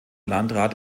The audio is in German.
landrat